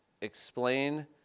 explain